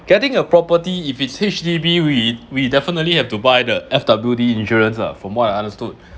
getting a property if it's H_D_B we we definitely have to buy the F_W_D insurance ah from what I understood